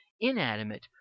inanimate